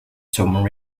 someone